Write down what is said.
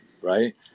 right